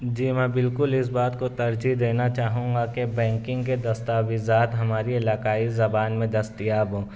جی میں بالکل اس بات کو ترجیح دینا چاہوں گا کہ بینکنگ کے دستاویزات ہماری علاقائی زبان میں دستیاب ہوں